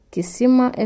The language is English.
Kisima